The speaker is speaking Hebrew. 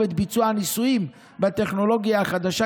את ביצוע הניסויים בטכנולוגיה החדשה,